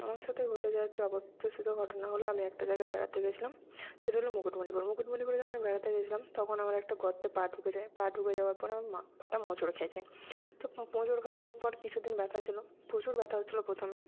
আমার সাথে ঘটে যাওয়া একটি অপ্রত্যাশিত ঘটনা হল আমি একটা জায়গায় বেড়াতে গেছিলাম সেটা হল মুকুটমণিপুর মুকুটমণিপুরে যখন আমি বেড়াতে গেছিলাম তখন আমার একটা গর্তে পা ঢুকে যায় পা ঢুকে যাওয়ার পরে আমার মা পাটা মোচড় খেয়ে যায় তো মোচড় খাওয়ার পর কিছুদিন ব্যথা ছিল প্রচুর ব্যথা হচ্ছিলো প্রথমে